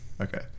okay